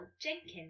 Jenkins